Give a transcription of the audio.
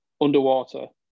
underwater